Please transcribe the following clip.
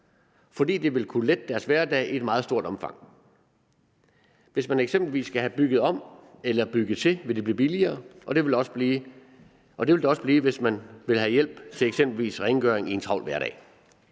fordi det vil kunne lette deres hverdag i et meget stort omfang. Hvis man eksempelvis skal have bygget om eller bygget til, vil det blive billigere, og det vil det også blive, hvis man vil have hjælp til eksempelvis rengøring i en travl hverdag.